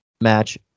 match